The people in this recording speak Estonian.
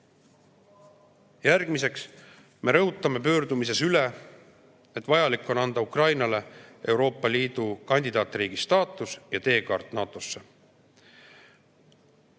Järgmiseks, me rõhutame pöördumises üle, et vajalik on anda Ukrainale Euroopa Liidu kandidaatriigi staatus ja teekaart NATO-sse.